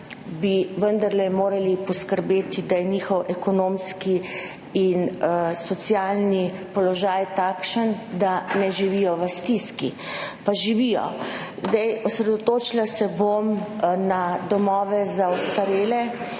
bi vendarle morali poskrbeti, da je njihov ekonomski in socialni položaj takšen, da ne živijo v stiski, pa živijo. Osredotočila se bom na domove za ostarele,